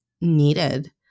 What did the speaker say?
needed